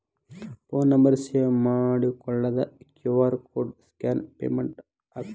Phone number save ಮಾಡಿಕೊಳ್ಳದ QR code scan payment ಆಗತ್ತಾ?